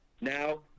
Now